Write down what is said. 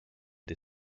des